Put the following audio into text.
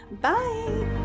Bye